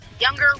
younger